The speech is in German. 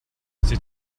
sie